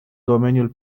domeniul